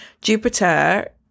Jupiter